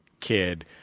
kid